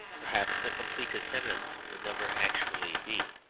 perhaps a complete attendance would never actually be.